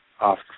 off